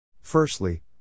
Firstly